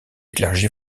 clergé